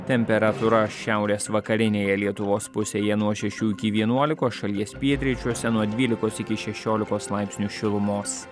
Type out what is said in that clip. temperatūra šiaurės vakarinėje lietuvos pusėje nuo šešiųn iki vienuoliko šalies pietryčiuose nuo dvylikos iki šešiolikos laipsnių šilumos